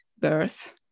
birth